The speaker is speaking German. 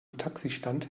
taxistand